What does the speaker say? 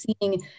seeing